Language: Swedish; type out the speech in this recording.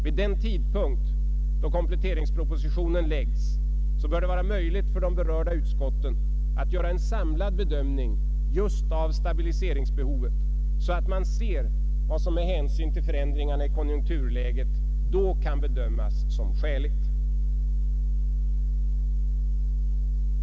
Vid den tidpunkt då kompletteringspropositionen läggs fram bör det vara möjligt för de berörda utskotten att göra en samlad bedömning just av stabiliseringsbehovet, så att man ser vad som med hänsyn till förändringarna i konjunkturläget då kan bedömas som skäligt.